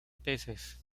peces